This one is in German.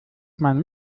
man